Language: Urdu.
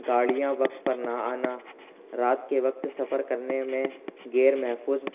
گاڑیاں وقت پر نہ آنا رات کے وقت سفر کرنے میں غیر محفوظ